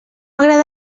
agrada